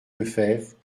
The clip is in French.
lefebvre